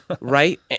Right